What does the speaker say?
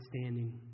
standing